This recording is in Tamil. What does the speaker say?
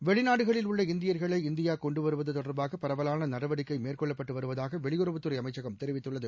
வெளிநாடுகளில் உள்ள இந்தியர்களை இந்தியா கொண்டுவருவது தொடர்பாக பரவலாள நடவடிக்கை மேற்கொள்ளப்பட்டு வருவதாக வெளியறவுத்துறை அமைச்சகம் தெரிவித்துள்ளது